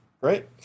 right